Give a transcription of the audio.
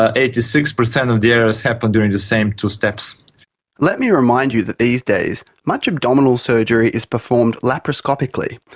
ah eighty six percent of the errors happen during the same two steps let me remind you that these days much abdominal surgery is performed laparoscopically,